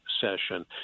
session